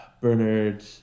Bernard